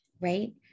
right